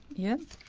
yes.